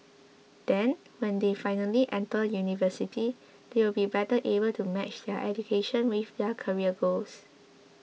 then when they finally enter university they would be better able to match their education with their career goals